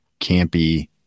campy